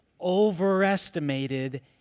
Overestimated